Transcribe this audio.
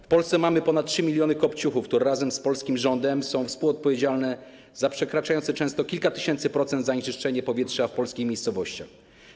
W Polsce mamy ponad 3 mln kopciuchów, które razem z polskim rządem są współodpowiedzialne za przekraczające często kilka tysięcy procent zanieczyszczenie powietrza w polskich miejscowościach.